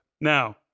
Now